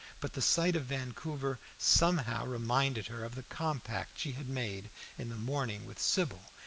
but the sight of vancouver somehow reminded her of the compact she had made in the morning with sybil,